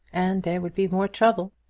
and there would be more trouble.